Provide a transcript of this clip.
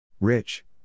Rich